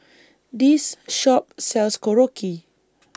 This Shop sells Korokke